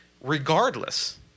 Regardless